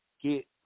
get